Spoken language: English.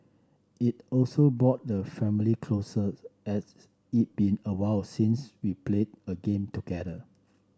it also brought the family closer as it been awhile since we played a game together